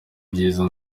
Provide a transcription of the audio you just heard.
byiza